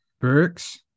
Burks